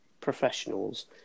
professionals